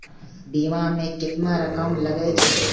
बीमा में केतना रकम लगे छै?